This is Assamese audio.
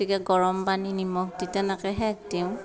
গতিকে গৰম পানী নিমখ দি তেনেকৈ সেক দিওঁ